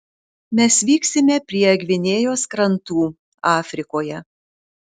mes vyksime prie gvinėjos krantų afrikoje